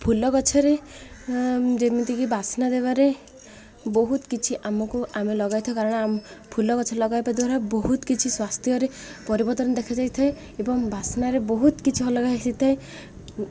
ଫୁଲ ଗଛରେ ଯେମିତି କି ବାସ୍ନା ଦେବାରେ ବହୁତ କିଛି ଆମକୁ ଆମେ ଲଗାଇ ଥାଉ କାରଣ ଆମ ଫୁଲ ଗଛ ଲଗାଇବା ଦ୍ୱାରା ବହୁତ କିଛି ସ୍ୱାସ୍ଥ୍ୟରେ ପରିବର୍ତ୍ତନ ଦେଖାଯାଇ ଥାଏ ଏବଂ ବାସ୍ନାରେ ବହୁତ କିଛି ଅଲଗା ହେଇଥାଏ